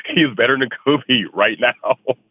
you better, nick. cufi right now.